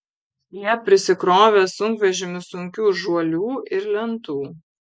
jie prisikrovė sunkvežimius sunkių žuolių ir lentų